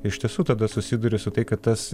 iš tiesų tada susiduri su tai kad tas